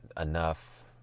enough